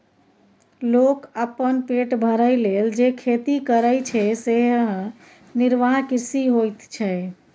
लोक अपन पेट भरय लेल जे खेती करय छै सेएह निर्वाह कृषि होइत छै